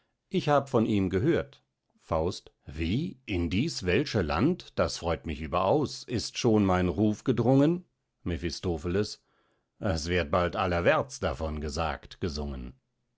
ich hab von ihm gehört faust wie in dieß welsche land das freut mich überaus ist schon mein ruf gedrungen mephistopheles es wird bald allerwärts davon gesagt gesungen